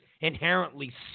inherently